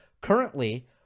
Currently